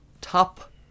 top